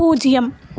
பூஜ்யம்